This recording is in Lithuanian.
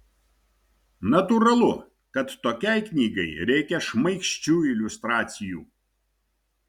natūralu kad tokiai knygai reikia šmaikščių iliustracijų